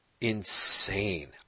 insane